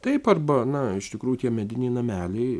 taip arba na iš tikrųjų tie mediniai nameliai